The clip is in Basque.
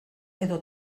edo